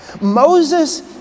Moses